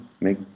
make